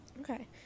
Okay